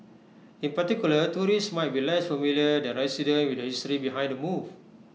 in particular tourists might be less familiar than residents with the history behind the move